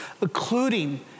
including